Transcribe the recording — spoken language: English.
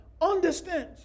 understands